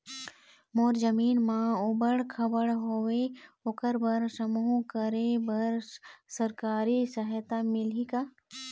मोर जमीन म ऊबड़ खाबड़ हावे ओकर बर समूह करे बर सरकारी सहायता मिलही का?